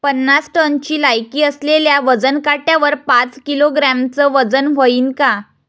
पन्नास टनची लायकी असलेल्या वजन काट्यावर पाच किलोग्रॅमचं वजन व्हईन का?